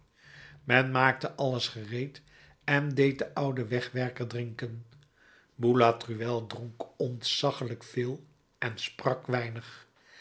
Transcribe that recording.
men maakte alles gereed en deed den ouden wegwerker drinken boulatruelle dronk ontzaggelijk veel en sprak weinig